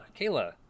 Kayla